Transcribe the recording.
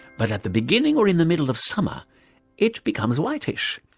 but at the beginning or in the middle of summer it becomes whitish,